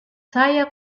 saya